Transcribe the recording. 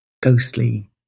ghostly